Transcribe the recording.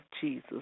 Jesus